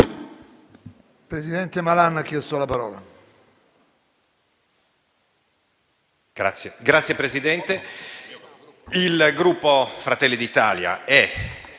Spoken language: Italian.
Grazie, Presidente.